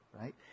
right